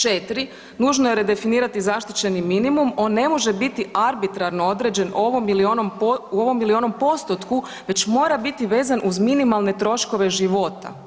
Četiri, nužno je redefinirati zaštićeni minimum, on ne može biti arbitrarno određen ovom ili onom, u ovom ili onom postotku već mora biti vezan uz minimalne troškove života.